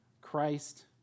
Christ